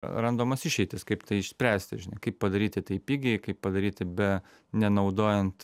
randamos išeitys kaip tai išspręsti kaip padaryti tai pigiai kaip padaryti be nenaudojant